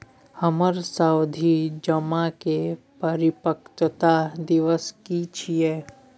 हमर सावधि जमा के परिपक्वता दिवस की छियै?